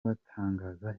batangaza